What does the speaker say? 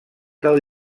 del